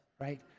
right